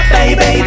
baby